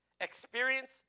experience